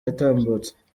yatambutse